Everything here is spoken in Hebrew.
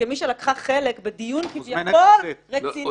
כמי שלקחה חלק בדיון כביכול רציני --- את מוזמנת לצאת.